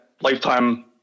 lifetime